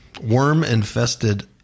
Worm-infested